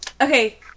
Okay